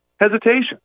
hesitation